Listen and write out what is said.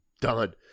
done